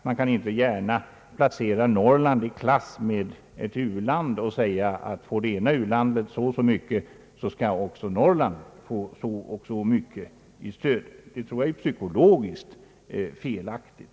Man kan inte gärna placera Norrland i samma klass som ett u-land och säga, att om ett u-land får så och så mycket i bistånd skall Norrland få samma stöd. Detta tror jag är psykologiskt felaktigt.